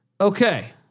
Okay